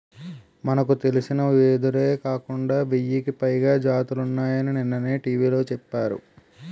మనకు తెలిసిన వెదురే కాకుండా వెయ్యికి పైగా జాతులున్నాయని నిన్ననే టీ.వి లో చెప్పారు